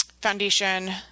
Foundation –